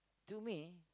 to me